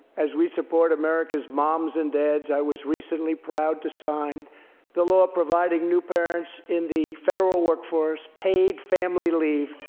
as we support america's moms and dads, i was recently proud to sign the law providing new parents in the federal workforce paid family leave,